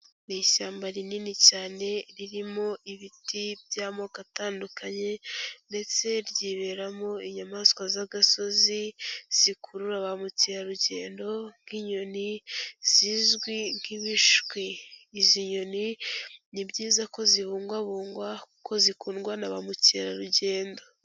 Ni ishyamba rinini cyane, ririmo ibiti by'amoko atandukanye ndetse ryiberamo inyamaswa z'agasozi, zikurura bamukerarugendo nk'inyoni zizwi nk'ibishwi. Izi nyoni, ni byiza ko zibungwabungwa kuko zikundwa na bamukerarugendo.